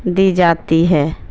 دی جاتی ہے